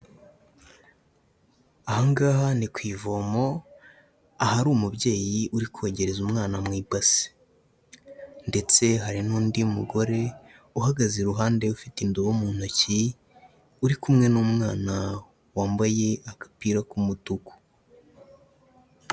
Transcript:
Aha ngaha ni ku ivomo, ahari umubyeyi uri kogereza umwana mu ibase ndetse hari n'undi mugore uhagaze iruhande ufite indobo mu ntoki, uri kumwe n'umwana wambaye agapira k'umutuku.